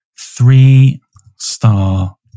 three-star